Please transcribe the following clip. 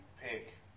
pick